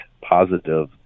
positive